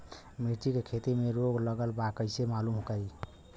मिर्ची के खेती में रोग लगल बा कईसे मालूम करि?